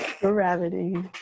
Gravity